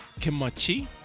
Kimachi